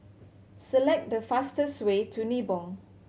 select the fastest way to Nibong